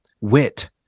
wit